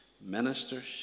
ministers